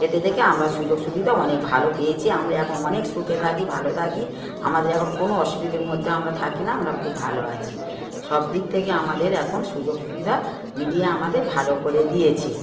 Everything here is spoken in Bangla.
এতে থেকে আমরা সুযোগ সুবিধা অনেক ভালো পেয়েছি আমরা এখন অনেক সুখে থাকি ভালো থাকি আমাদের এখন কোনো অসুবিধের মধ্যে আমরা থাকি না আমরা খুব ভালো আছি সব দিক থেকে আমাদের এখন সুযোগ সুবিধা মিডিয়া আমাদের ভালো করে দিয়েছে